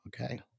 Okay